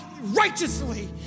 righteously